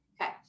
Okay